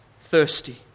thirsty